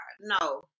No